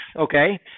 okay